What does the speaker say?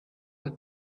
with